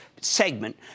segment